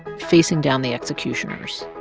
facing down the executioners.